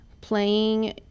playing